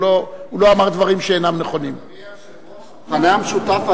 לא מאמינים לראש הממשלה,